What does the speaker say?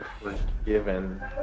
Forgiven